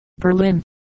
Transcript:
Berlin